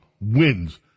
wins